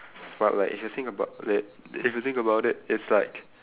but like if you think about it if you think about it it's like